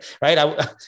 right